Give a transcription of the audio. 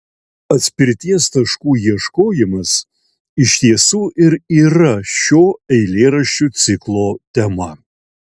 atspirties taškų ieškojimas iš tiesų ir yra šio eilėraščių ciklo tema